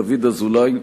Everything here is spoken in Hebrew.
דוד אזולאי,